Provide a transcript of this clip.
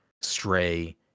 Stray